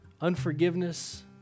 unforgiveness